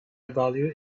value